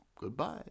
Goodbye